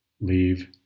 leave